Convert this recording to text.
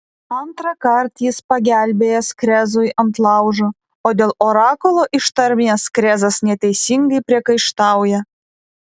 antrąkart jis pagelbėjęs krezui ant laužo o dėl orakulo ištarmės krezas neteisingai priekaištauja